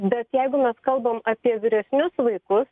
bet jeigu mes kalbam apie vyresnius vaikus